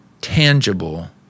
tangible